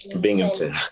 Binghamton